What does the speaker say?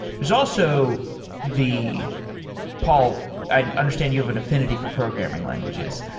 there's also the paul, i understand you have an affinity for programming languages.